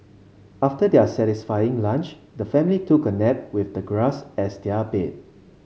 after their satisfying lunch the family took a nap with the grass as their bed